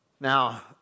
Now